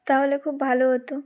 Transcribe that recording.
তাহলে খুব ভালো হতো